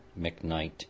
McKnight